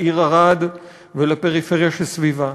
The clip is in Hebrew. לעיר ערד ולפריפריה שסביבה,